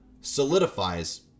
solidifies